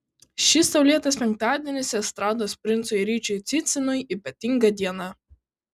šis saulėtas penktadienis estrados princui ryčiui cicinui ypatinga diena